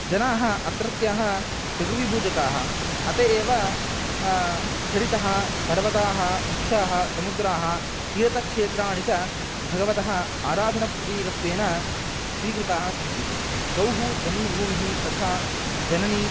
जनाः अत्रत्याः प्रकृतिपूजकाः अत एव सरितः पर्वताः वृक्षाः समुद्राः तीर्थक्षेत्राणि च भगवतः आराधनप्रतीकत्वेन स्वीकृताः सन्ति गौः जन्मभूमिः तथा जननी